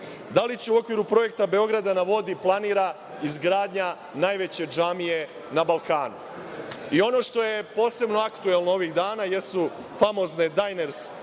li se u okviru projekta „Beograd na vodi“ planira izgradnja najveće džamije na Balkanu?I ono što je posebno aktuelno ovih dana jesu famozne „Dajners“